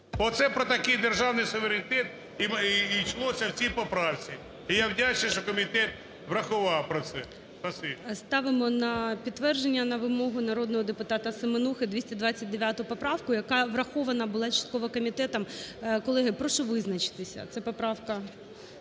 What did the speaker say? оце про такий державний суверенітет і йшлося у цій поправці. І я вдячний, що комітет врахував про це. Спасибі. ГОЛОВУЮЧИЙ. Ставимо на підтвердження на вимогу народного депутата Семенухи 229 поправку, яка врахована була частково комітетом. Колеги, прошу визначитися, це поправка